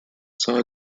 saw